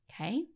Okay